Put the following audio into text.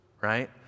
right